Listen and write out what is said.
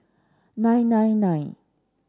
nine nine nine